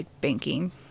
banking